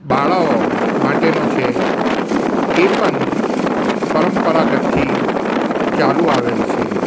બાળાઓ માટેનો છે એ પણ પરંપરાગતથી ચાલુ આવેલ છે